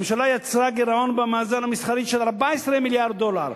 הממשלה יצרה גירעון במאזן המסחרי של 14 מיליארד דולר,